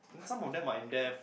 some of them might in death